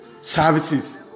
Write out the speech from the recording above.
services